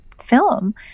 film